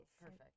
Perfect